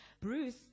Bruce